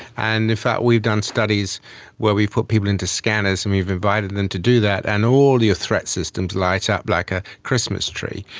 and in fact we've done studies where we've put people into scanners and we've invited them to do that, and all your threat systems light up like a christmas tree.